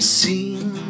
seen